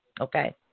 Okay